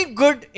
good